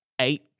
eight